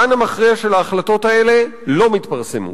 לא מתפרסמות.